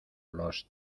los